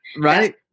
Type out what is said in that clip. right